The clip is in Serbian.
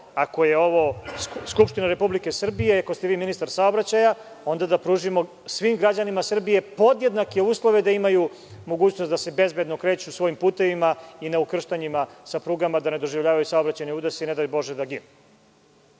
ako je ovo Skupština Republike Srbije i ako ste vi ministar saobraćaja, svim građanima Srbije podjednake uslove da imaju mogućnost da se bezbedno kreću svojim putevima i na ukrštanjima sa prugama, da ne doživljavaju saobraćajne udese i, ne daj Bože, da ginu